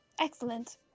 excellent